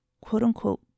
quote-unquote